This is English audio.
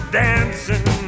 dancing